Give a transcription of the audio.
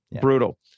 Brutal